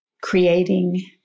creating